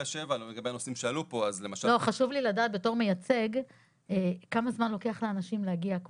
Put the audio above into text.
חשוב לי לדעת בתור מייצג כמה זמן לוקח לאנשים להגיע?